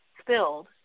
spilled